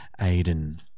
Aiden